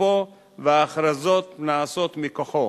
בתוקפו וההכרזות נעשות מכוחו.